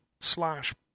slash